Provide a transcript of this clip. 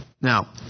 Now